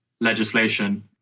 legislation